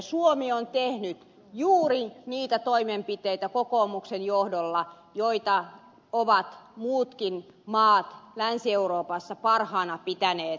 suomi on tehnyt juuri niitä toimenpiteitä kokoomuksen johdolla joita ovat muutkin maat länsi euroopassa parhaana pitäneet